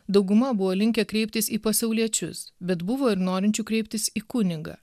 dauguma buvo linkę kreiptis į pasauliečius bet buvo ir norinčių kreiptis į kunigą